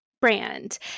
brand